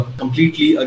completely